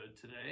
today